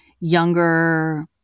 younger